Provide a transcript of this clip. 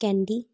candy